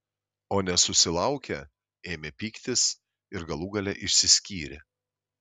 o nesusilaukę ėmė pyktis ir galų gale išsiskyrė